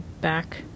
back